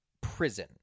prison